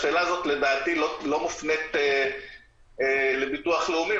השאלה הזאת לא מופנית לביטוח הלאומי,